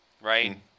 right